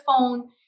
phone